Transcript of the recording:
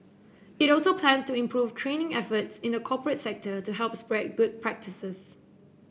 it also plans to improve training efforts in the corporate sector to help spread good practices